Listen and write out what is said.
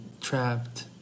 trapped